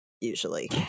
usually